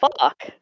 fuck